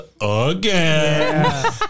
again